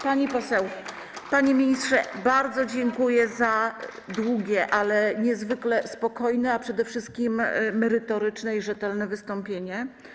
Panie ministrze, bardzo dziękuję za długie, ale niezwykle spokojne, a przede wszystkim merytoryczne i rzetelne wystąpienie.